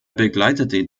begleitete